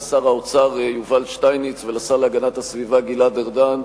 לשר האוצר יובל שטייניץ ולשר להגנת הסביבה גלעד ארדן,